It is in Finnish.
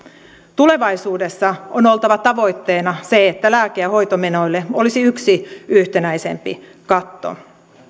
tulevaisuudessa on oltava tavoitteena se että lääke ja hoitomenoille olisi yksi yhtenäisempi katto